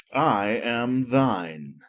i am thine